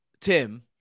Tim